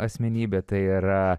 asmenybė tai yra